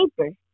paper